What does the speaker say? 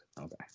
Okay